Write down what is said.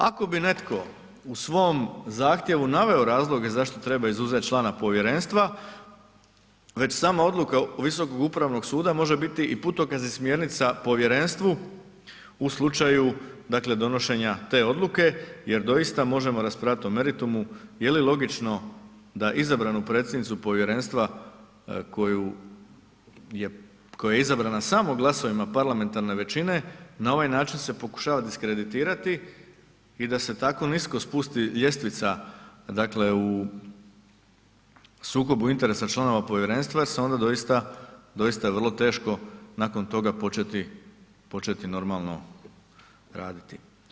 Ako bi netko u svom zahtjevu navedu razloge zašto treba izuzet člana povjerenstva, već sama odluka Visokog upravnog suda može biti i putokaz i smjernica povjerenstvu u slučaju dakle donošenja te odluke jer doista možemo raspravljati o meritumu, je li logično da izabranu predsjednicu povjerenstva koja je izabrana samo glasovima parlamentarne većine, na ovaj način se pokušava diskreditirati i da se tako nisko spusti ljestvica dakle u sukoba interesa članova povjerenstva jer se onda doista vrlo teško nakon toga početi normalno raditi.